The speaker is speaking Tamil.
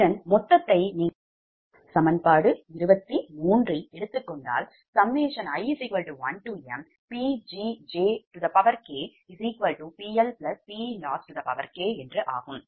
இதன் மொத்ததை நீங்கள் சமன்பாடு 23ல் எடுத்துக் கொண்டால் i1mPgjkPLPLossk ஆகும்